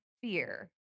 fear